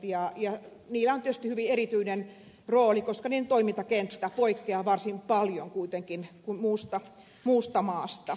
niillä on tietysti hyvin erityinen rooli koska niiden toimintakenttä poikkeaa varsin paljon kuitenkin muusta maasta